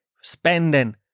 spending